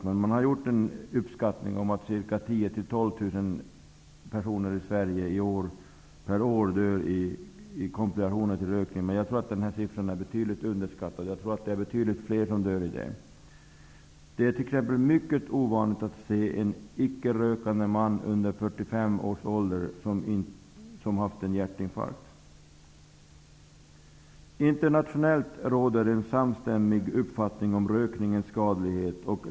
Man har gjort en uppskattning av att 10 000--12 000 personer i Sverige per år dör i komplikationer till följd av rökning. Men jag tror att denna siffra är betydligt underskattad. Jag tror att det är betydligt fler som dör till följd av detta. Det är t.ex. mycket ovanligt att se en icke-rökande man under 45 år som har haft en hjärtinfarkt. Internationellt råder det en samstämmig uppfattning om rökningens skadlighet.